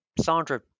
sandra